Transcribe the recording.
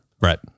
Right